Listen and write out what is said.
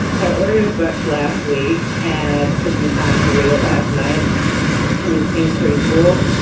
so ordered a book last week and since and time to read it last night. and it seems pretty cool.